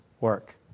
work